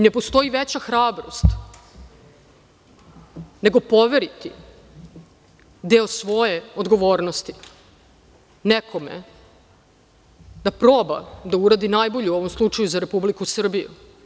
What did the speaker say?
Ne postoji veća hrabrost nego poveriti deo svoje odgovornosti nekome da proba da uradi najbolje u ovom slučaju za Republiku Srbiju.